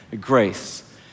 grace